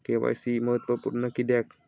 KYC महत्त्वपुर्ण किद्याक?